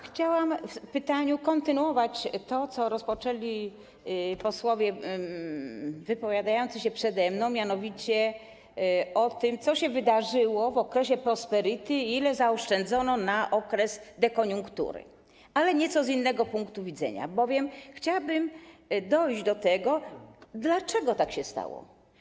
Chciałabym w pytaniu kontynuować to, co rozpoczęli posłowie wypowiadający się przede mną, jeżeli chodzi o to, co się wydarzyło w okresie prosperity i ile zaoszczędzono na okres dekoniunktury, ale z nieco innego punktu widzenia, bowiem chciałabym dojść do tego, dlaczego tak się stało.